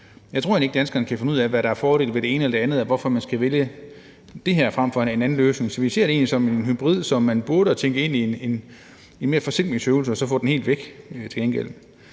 Jeg tror egentlig ikke, at danskerne kan finde ud af, hvad fordelene er ved det ene og det andet, og hvorfor man skal vælge det her frem for en anden løsning. Så vi ser det egentlig som en hybrid, som man burde have tænkt ind i sådan en slags forsimplingsøvelse for at få den helt væk. Omvendt